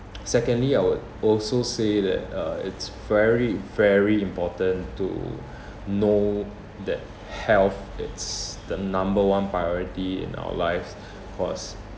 secondly I would also say that uh it's very very important to know that health it's the number one priority in our lives cause